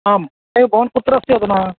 आम् त भवान् कुत्र अस्ति अधुना